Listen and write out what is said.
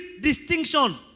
distinction